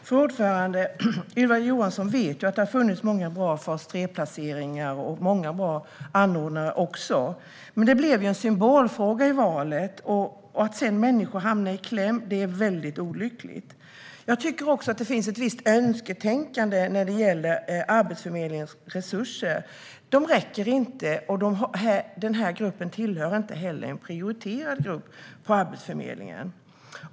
Fru talman! Ylva Johansson vet att det har funnits många bra fas 3placeringar och många bra anordnare. Men det blev en symbolfråga i valet, och att människor hamnar i kläm är olyckligt. Det finns också en visst önsketänkande vad gäller Arbetsförmedlingens resurser. De räcker inte, och denna grupp är inte heller prioriterad på Arbetsförmedlingen.